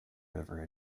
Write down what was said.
river